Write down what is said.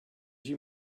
you